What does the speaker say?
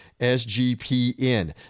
SGPN